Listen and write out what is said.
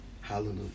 Hallelujah